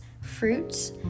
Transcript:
fruits